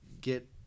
get